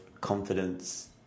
confidence